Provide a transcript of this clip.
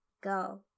Go